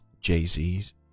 Jay-Z's